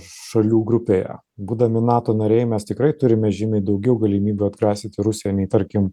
šalių grupėje būdami nato nariai mes tikrai turime žymiai daugiau galimybių atgrasyti rusiją nei tarkim